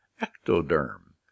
ectoderm